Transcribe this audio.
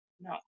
no